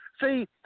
See